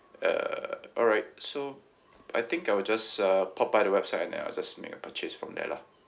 uh alright so I think I will just uh pop by the website and I will just make a purchase from there lah